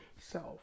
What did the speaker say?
self